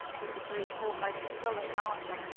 was the brief, almost sullen answer.